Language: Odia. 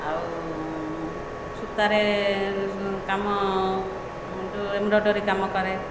ଆଉ ସୂତାରେ କାମ ଯେଉଁ ଏମ୍ବ୍ରୋଡରୀ କାମ କରେ